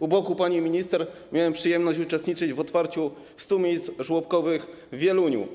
u boku pani minister miałem przyjemność uczestniczyć w otwarciu 100 miejsc żłobkowych w Wieluniu.